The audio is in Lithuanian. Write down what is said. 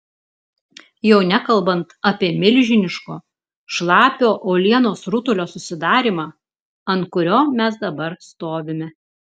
jau nekalbant apie milžiniško šlapio uolienos rutulio susidarymą ant kurio mes dabar stovime